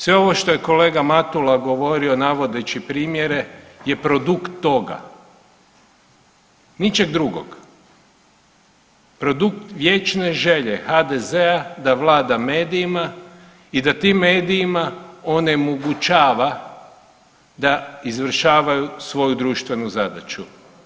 Sve ovo što je kolega Matula govorio navodeći primjere je produkt toga, ničeg drugog, produkt vječne želje HDZ-a da vlada medijima i da tim medijima onemogućava da izvršavaju svoju društvenu zadaću.